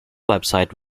website